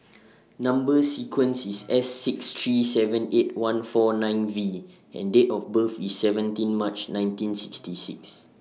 Number sequence IS S six three seven eight one four nine V and Date of birth IS seventeen March nineteen sixty six